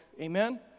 Amen